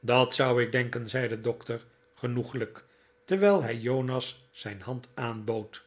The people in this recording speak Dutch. dat zou ik denken zei de dokter genoeglijk terwijl hij jonas zijn hand aanbood